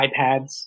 iPads